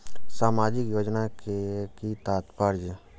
सामाजिक योजना के कि तात्पर्य?